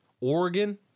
Oregon